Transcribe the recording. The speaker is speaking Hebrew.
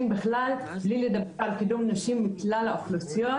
בכלל בלי לדבר על קידום נשים מכלל האוכלוסיות,